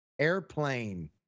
Airplane